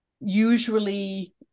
usually